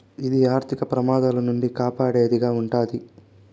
ఇది ఆర్థిక ప్రమాదాల నుండి కాపాడేది గా ఉంటది